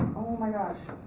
my gosh.